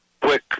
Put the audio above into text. quick